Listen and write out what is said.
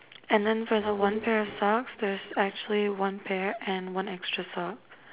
and then for the one pair of socks there's actually one pair and one extra sock